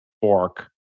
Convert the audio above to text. fork